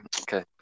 okay